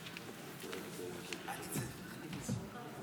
אני מתכבד להזמין כעת את חבר הכנסת אחמד